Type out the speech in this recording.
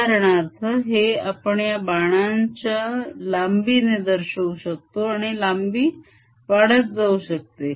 उदाहरणार्थ हे आपण या बाणाच्या लांबीने दर्शवू शकतो आणि लांबी वाढत जाऊ शकते